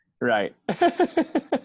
right